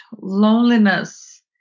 loneliness